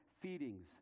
feedings